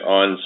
on